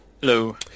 Hello